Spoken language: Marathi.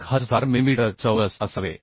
1000 मिलिमीटर चौरस असावे